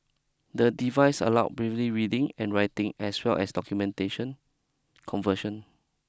the device allowed Braille reading and writing as well as documentation conversion